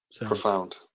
Profound